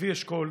לוי אשכול,